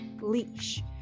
leash